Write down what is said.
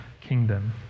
kingdom